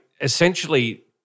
Essentially